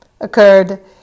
occurred